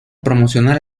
promocionar